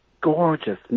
gorgeous